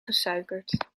gesuikerd